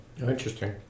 Interesting